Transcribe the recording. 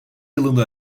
yılında